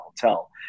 hotel